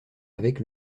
avec